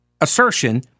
assertion